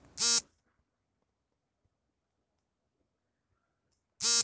UPI ಸೇವೆಗಳು ಬಳಸಿದಲ್ಲಿ ಅವುಗಳಿಗೆ ಶುಲ್ಕವೇನಾದರೂ ಇದೆಯೇ?